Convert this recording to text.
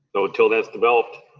so, until that's developed.